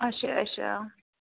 اچھا اچھا